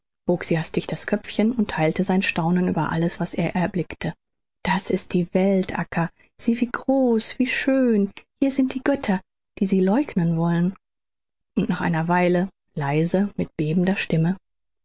bog sie hastig das köpfchen und theilte sein staunen über alles was er erblickte das ist die welt acca sieh wie groß wie schön hier sind die götter die sie leugnen wollen und nach einer weile leise mit bebender stimme